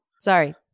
Sorry